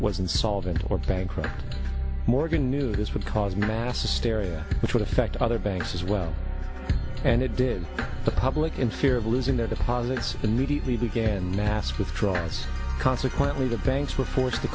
insolvent or bankrupt morgan news would cause mass hysteria which would affect other banks as well and it did the public in fear of losing their deposits immediately began mass withdrawals consequently the banks were